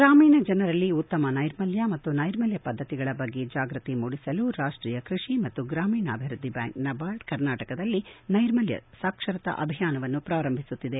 ಗ್ರಾಮೀಣ ಜನರಲ್ಲಿ ಉತ್ತಮ ನೈರ್ಮಲ್ಯ ಮತ್ತು ನೈರ್ಮಲ್ಯ ಪದ್ದತಿಗಳ ಬಗ್ಗೆ ಜಾಗ್ಟತಿ ಮೂಡಿಸಲು ರಾಷ್ಷೀಯ ಕೃಷಿ ಮತ್ತು ಗ್ರಾಮೀಣಾಭಿವೃದ್ದಿ ಬ್ಯಾಂಕ್ ನಬಾರ್ಡ್ ಕರ್ನಾಟಕದಲ್ಲಿ ನೈರ್ಮಲ್ವ ಸಾಕ್ಷರತಾ ಅಭಿಯಾನವನ್ನು ಪ್ರಾರಂಭಿಸುತ್ತಿದೆ